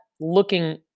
looking